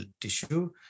tissue